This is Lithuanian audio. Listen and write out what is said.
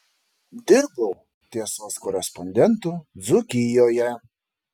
dirbau tiesos korespondentu dzūkijoje